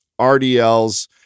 RDLs